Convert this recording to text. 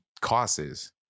causes